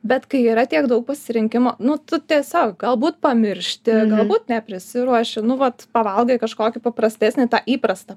bet kai yra tiek daug pasirinkimo nu tu tiesiog galbūt pamiršti galbūt neprisiruoši nu vat pavalgai kažkokį paprastesnį tą įprastą